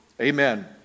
amen